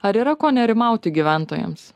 ar yra ko nerimauti gyventojams